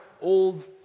old